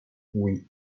oui